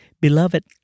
Beloved